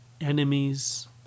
enemies